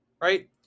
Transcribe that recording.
right